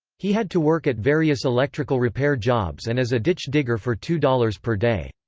he had to work at various electrical repair jobs and as a ditch digger for two dollars per day.